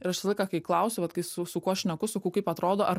ir aš visą laiką kai klausiu vat kai su su kuo šneku sakau kaip atrodo ar